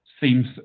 seems